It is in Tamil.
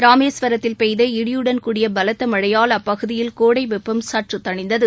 ராமேஸ்வரத்தில் பெய்த இடியுடன் கூடிய பலத்த மழையால் அப்பகுதியில் கோடை வெப்பம் சற்று தணிந்தது